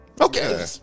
Okay